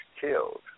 killed